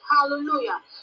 hallelujah